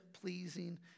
pleasing